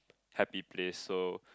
happy place so